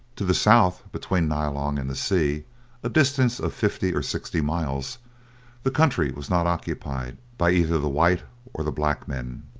to the south, between nyalong and the sea a distance of fifty or sixty miles the country was not occupied by either the white or the black men.